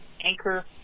Anchor